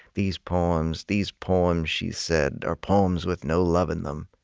these poems, these poems, she said, are poems with no love in them.